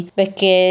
perché